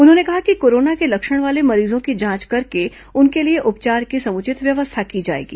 उन्होंने कहा है कि कोरोना के लक्षण वाले मरीजों की जांच करके उनके लिए उपचार की समुचित व्यवस्था की जाएगी